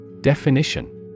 Definition